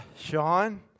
Sean